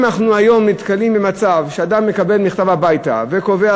אם אנחנו היום נתקלים במצב שאדם מקבל הביתה מכתב הקובע